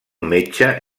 metge